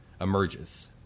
emerges